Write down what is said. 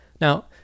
Now